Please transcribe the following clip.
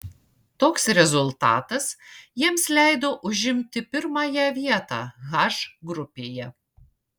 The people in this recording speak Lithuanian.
toks rezultatas jiems leido užimti pirmąją vietą h grupėje